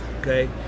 Okay